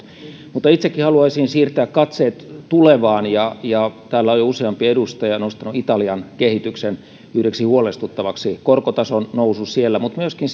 mutta itsekin haluaisin siirtää katseet tulevaan täällä on jo useampi edustaja nostanut italian kehityksen yhdeksi huolestuttavaksi asiaksi korkotason nousun siellä ja myöskin